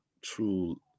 true